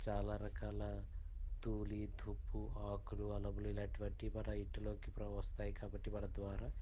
చాలా రకాల దూళి దుమ్ము ఆకులు అలమలు ఇలాంటివన్నీ మన ఇంటిలోకి ప్ర వస్తాయి కాబట్టి మన ద్వారా